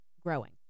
growing